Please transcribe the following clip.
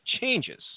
changes